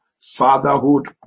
Fatherhood